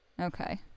okay